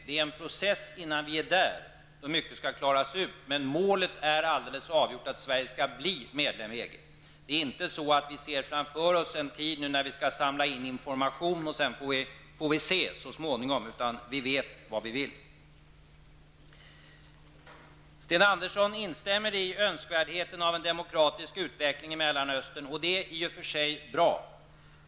Det är en process innan vi är där -- så mycket skall klaras ut --, men målet är alldeles avgjort att Sverige skall bli medlem i EG. Det är inte så att vi nu framför oss ser en tid då vi skall samla in information för att sedan så småningom bestämma hur vi skall göra, utan vi vet vad vi vill. Sten Andersson instämmer i att det är önskvärt med en demokratisk utveckling i Mellanöstern, och det är i och för sig bra.